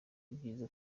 ibyiza